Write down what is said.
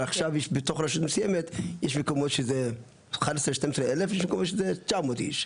אבל ברשות מסוימת יש מקום שזה 11,000 ויש 900 איש.